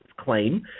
claim